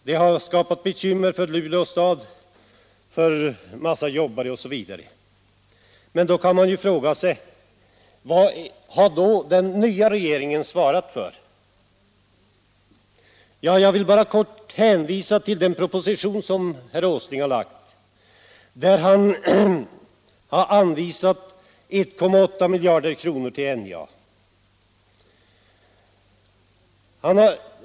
Den har skapat bekymmer för Luleå stad, för en massa jobbare osv. Men då kan man fråga sig: Vad har den nya regeringen svarat för? Jag vill bara hänvisa till den proposition som herr Åsling har lagt fram, där han anvisat 1,8 miljarder kronor till NJA.